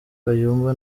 kayumba